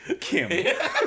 Kim